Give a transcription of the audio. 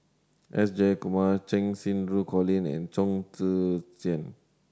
S Jayakumar Cheng Xinru Colin and Chong Tze Chien